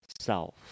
self